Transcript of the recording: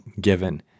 given